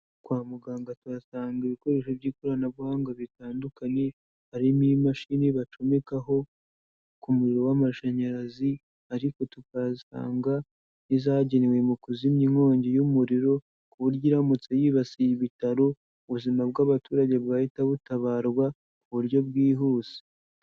Kwa muganga tuhasanga ibikoresho by'ikoranabuhanga bitandukanye, harimo imashini bacomekaho ku muririro w'amashanyarazi ariko tukahasanga n'izagenewe mu kuzimya inkongi y'umuriro, ku buryo iramutse yibasiye ibitaro, ubuzima bw'abaturage bwahita butabarwa, ku buryo bwihuse.